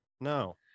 No